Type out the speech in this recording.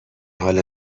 حال